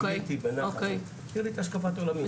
תשבי איתי בנחת ותראי את השקפת עולמי.